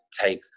take